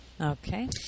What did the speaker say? Okay